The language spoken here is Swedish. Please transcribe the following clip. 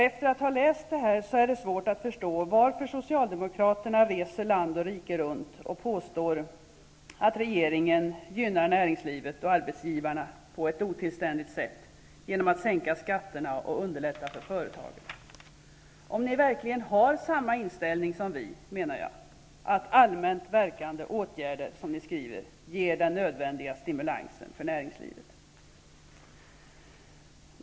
Efter att ha läst detta är det svårt att förstå varför socialdemokraterna reser land och rike runt och påstår att regeringen genom att sänka skatterna och underlätta för företagen på ett otillständigt sätt gynnar näringslivet och arbetsgivarna -- om ni verkligen har samma inställning som vi, att ''allmänt verkande åtgärder ger den nödvändiga stimulansen för näringslivet''.